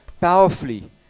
powerfully